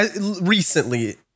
recently